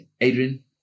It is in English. adrian